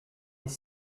les